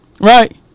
right